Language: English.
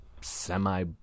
semi-